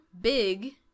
big